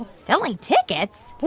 selling tickets?